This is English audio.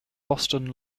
boston